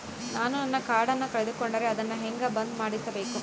ನಾನು ನನ್ನ ಕಾರ್ಡನ್ನ ಕಳೆದುಕೊಂಡರೆ ಅದನ್ನ ಹೆಂಗ ಬಂದ್ ಮಾಡಿಸಬೇಕು?